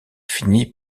finit